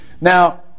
Now